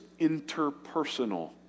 interpersonal